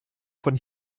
von